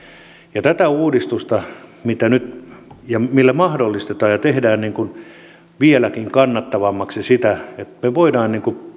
tätä uudistusta millä mahdollistetaan ja tehdään vieläkin kannattavammaksi sitä että me voimme